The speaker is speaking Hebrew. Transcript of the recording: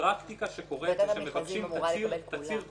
הפרקטיקה שקורית זה שמבקשים תצהיר קונקרטי.